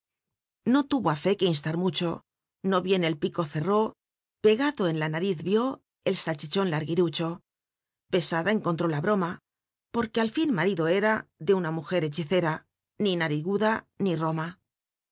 no luro á fe que instar mucho no bien el pico cerró pegado en la nariz vió msalcbichon larguirucho pesada encontró la broma porque al tin marido era l e una mujer hechicera ni oariguda ni roma